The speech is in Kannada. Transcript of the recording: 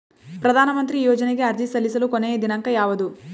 ಪ್ರಧಾನ ಮಂತ್ರಿ ಯೋಜನೆಗೆ ಅರ್ಜಿ ಸಲ್ಲಿಸಲು ಕೊನೆಯ ದಿನಾಂಕ ಯಾವದು?